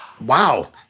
wow